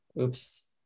Oops